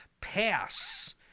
pass